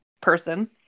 person